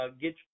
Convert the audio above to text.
get